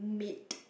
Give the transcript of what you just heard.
meat